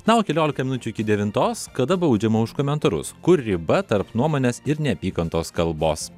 na o keliolika minučių iki devintos kada baudžiama už komentarus kur riba tarp nuomonės ir neapykantos kalbos